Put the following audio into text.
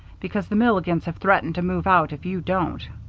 because the milligans have threatened to move out if you don't.